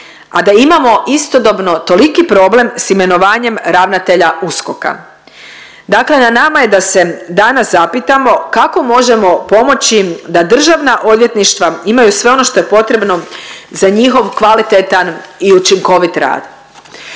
a da imamo istodobno toliki problem s imenovanjem ravnatelja USKOK-a. Dakle, na nama je da se danas zapitamo kako možemo pomoći da državna odvjetništva imaju sve ono što je potrebno za njihov kvalitetan i učinkovit rad.